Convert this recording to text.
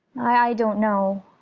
i don't know.